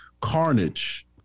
Carnage